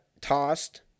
tossed